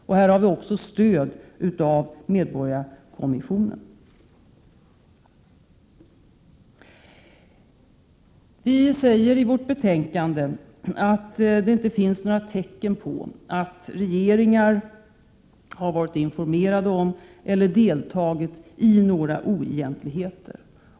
I fråga om detta har vi stöd från medborgarkommissionen. Vi säger i betänkandet att det inte finns några tecken på att regeringar har varit informerade om eller deltagit i några oegentligheter.